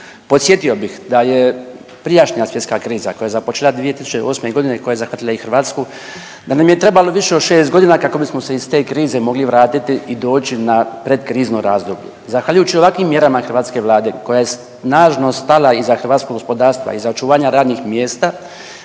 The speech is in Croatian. Podsjetio bih da je prijašnja svjetska kriza koja je započela 2008.g. koja je zahvatila i Hrvatsku da nam je trebalo više od šest godina kako bismo se iz te krize mogli vratiti i doći na pred krizno razdoblje. Zahvaljujući ovakvim mjerama hrvatske vlade koja je snažno stala iza hrvatskog gospodarstva, iza očuvanja radnih mjesta